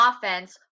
offense